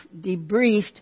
debriefed